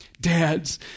Dads